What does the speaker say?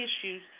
issues